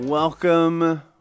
Welcome